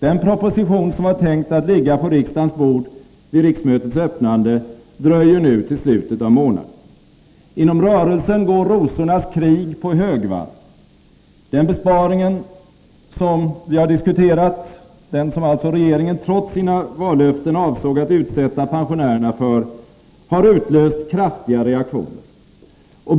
Den proposition som var tänkt att ligga på riksdagens bord vid riksmötets öppnande dröjer nu till slutet av månaden. Inom rörelsen går rosornas krig på högvarv. Den besparing som vi här har diskuterat och som alltså regeringen trots sina vallöften avser att utsätta pensionärerna för har utlöst kraftiga reaktioner.